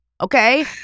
okay